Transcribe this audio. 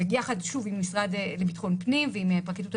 ביחד עם המשרד לביטחון פנים ועם פרקליטות המדינה.